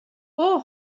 اوه